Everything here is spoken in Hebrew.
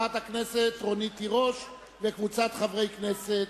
אותם, ואני לא משנה את ההצבעה.